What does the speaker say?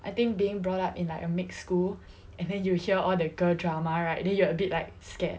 I think being brought up in like a mixed school and then you hear all the girl drama right then you are a bit like scared